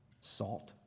salt